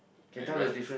I rough